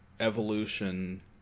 evolution